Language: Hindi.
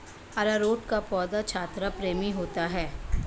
अरारोट का पौधा छाया प्रेमी होता है